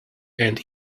and